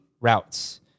routes